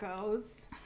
goes